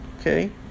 okay